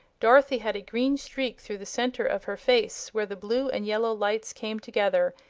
dorothy had a green streak through the center of her face where the blue and yellow lights came together,